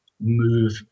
move